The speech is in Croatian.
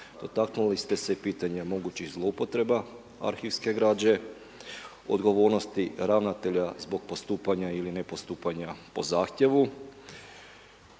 Dotaknuli ste se i pitanja mogućih zloupotreba arhivske građe, odgovornosti ravnatelja zbog postupanja ili ne postupanja po zahtjevu,